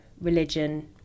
religion